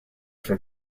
for